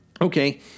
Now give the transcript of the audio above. Okay